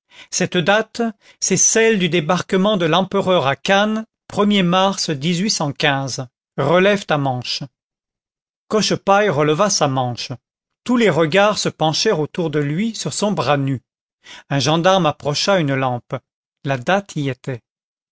cette date c'est celle du débarquement de l'empereur à cannes er mars relève ta manche cochepaille releva sa manche tous les regards se penchèrent autour de lui sur son bras nu un gendarme approcha une lampe la date y était